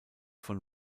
von